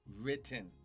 written